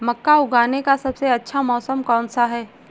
मक्का उगाने का सबसे अच्छा मौसम कौनसा है?